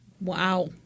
Wow